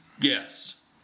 Yes